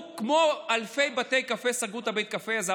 כמו אלפי בתי קפה, סגרו את בית הקפה הזה.